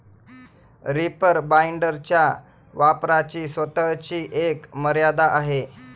reaper बाइंडरच्या वापराची स्वतःची एक मर्यादा आहे